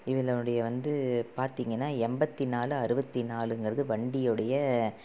இதிலனுடைய வந்து பார்த்திங்கன்னா எண்பத்தி நாலு அறுபத்தி நாலுங்கிறது வண்டியுடைய